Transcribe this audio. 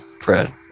bread